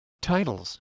titles